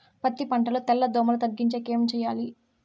పత్తి పంటలో తెల్ల దోమల తగ్గించేకి ఏమి చేయాలి?